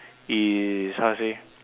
is how to say